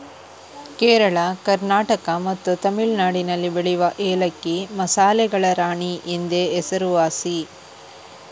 ಕೇರಳ, ಕರ್ನಾಟಕ ಮತ್ತೆ ತಮಿಳುನಾಡಿನಲ್ಲಿ ಬೆಳೆಯುವ ಏಲಕ್ಕಿ ಮಸಾಲೆಗಳ ರಾಣಿ ಎಂದೇ ಹೆಸರುವಾಸಿ